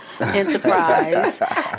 enterprise